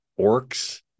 orcs